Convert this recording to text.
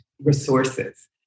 resources